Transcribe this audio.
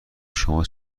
شما